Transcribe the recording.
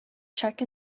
check